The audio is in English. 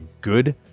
good